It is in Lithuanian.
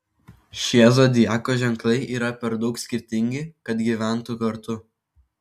šie zodiako ženklai yra per daug skirtingi kad gyventų kartu